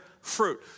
fruit